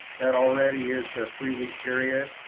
that already is a three week period.